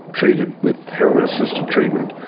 treated with heroin assisted treatment,